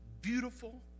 beautiful